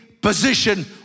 position